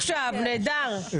10:06) חברת הכנסת שרון ניר,